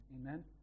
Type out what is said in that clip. Amen